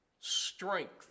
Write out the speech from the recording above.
strength